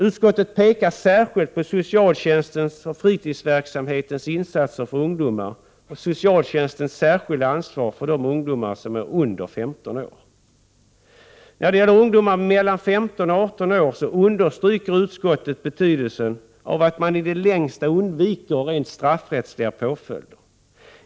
Utskottet pekar särskilt på socialtjänstens och fritidsverksamhetens insatser för ungdomar och socialtjänstens särskilda ansvar för de ungdomar som är under 15 år. När det gäller ungdomar mellan 15 och 18 år understryker utskottet betydelsen av att man i det längsta undviker rent straffrättsliga påföljder.